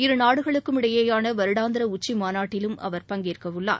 இரு நாடுகளுக்கும் இடையேயான வருடாந்திர உச்சிமாநாட்டிலும் அவர் பங்கேற்கவுள்ளார்